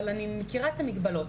אבל אני מכירה את המגבלות.